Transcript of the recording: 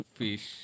fish